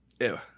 Ew